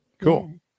cool